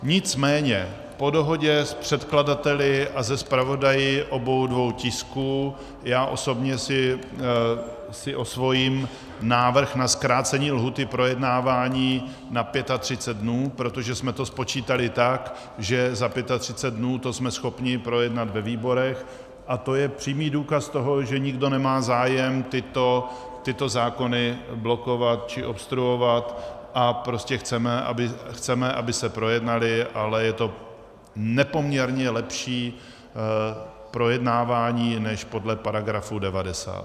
Nicméně po dohodě s předkladateli a se zpravodaji obou dvou tisků já osobně si osvojím návrh na zkrácení lhůty k projednávání na 35 dnů, protože jsme to spočítali tak, že za 35 dnů jsme to schopni projednat ve výborech, a to je přímý důkaz toho, že nikdo nemá zájem tyto zákony blokovat či obstruovat a prostě chceme, aby se projednaly, ale je to nepoměrně lepší projednávání než podle § 90.